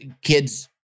kids